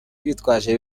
bitwaje